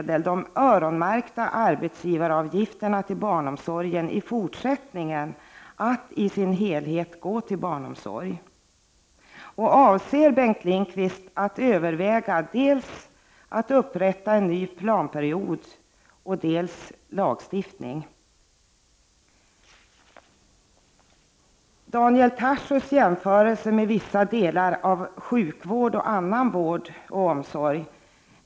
Daniel Tarschys gjorde jämförelser med vissa delar av sjukvården och annan vård och omsorg.